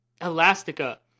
Elastica